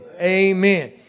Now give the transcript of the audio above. amen